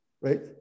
Right